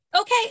okay